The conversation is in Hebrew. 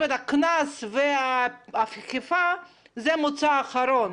כלומר, הקנס והאכיפה זה מוצא אחרון.